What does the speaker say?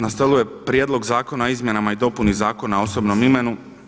Na stolu je Prijedlog zakona o izmjenama i dopuni Zakona o osobnom imenu.